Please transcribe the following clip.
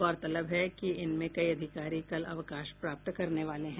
गौरतलब है कि इनमें कई अधिकारी कल अवकाश प्राप्त करने वाले हैं